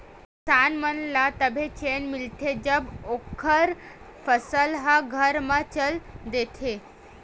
किसान मन ल तभे चेन मिलथे जब ओखर फसल ह घर म चल देथे